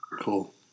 cool